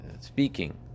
speaking